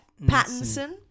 Pattinson